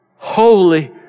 holy